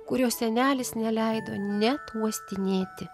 kurio senelis neleido net uostinėti